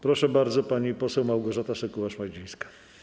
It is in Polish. Proszę bardzo, pani poseł Małgorzata Sekuła-Szmajdzińska.